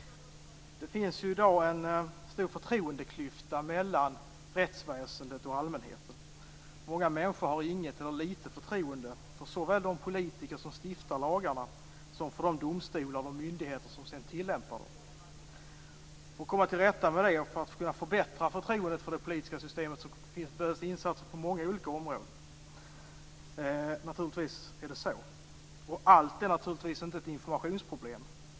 Det finns i dag en stor förtroendeklyfta mellan rättsväsendet och allmänheten. Många människor har inget eller litet förtroende för såväl de politiker som stiftar lagarna som för de domstolar och myndigheter som sedan tillämpar dem. För att komma till rätta med det och för att kunna förbättra förtroendet för det politiskt systemet behövs insatser på många olika områden. Naturligtvis är det så. Allt är inte ett informationsproblem.